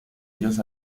ellos